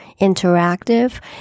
Interactive